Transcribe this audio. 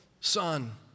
son